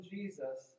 Jesus